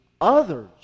others